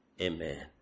Amen